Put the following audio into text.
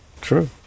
True